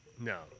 No